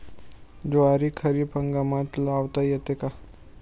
ज्वारी खरीप हंगामात लावता येते का?